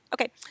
Okay